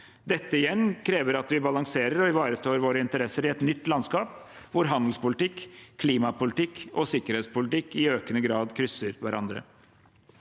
Det igjen krever at vi balanserer og ivaretar våre interesser i et nytt landskap hvor handelspolitikk, klimapolitikk og sikkerhetspolitikk i økende grad krysser hverandre.